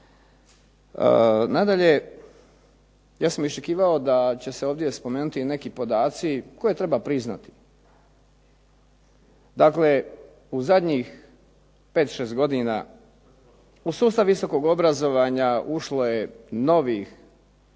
Nadalje, ja sam očekivao da će se ovdje spomenuti i neki podaci koje treba priznati. Dakle u zadnjih 5, 6 godina u sustav visokog obrazovanja ušlo je novih